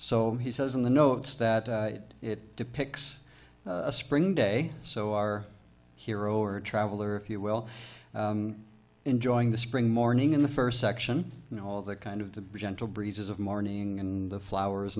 so he says in the notes that it depicts a spring day so our hero or traveler if you will enjoying the spring morning in the first section and all that kind of the gentle breezes of morning and the flowers